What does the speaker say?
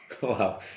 Wow